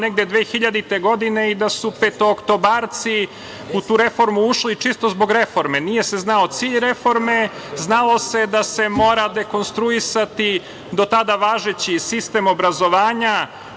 negde 2000. godine i da su petooktobarci u tu reformu ušli čisto zbog reforme, nije se znao cilj reforme, znalo se da se mora dekonstruisati do tada važeći sistem obrazovanja